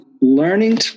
Learning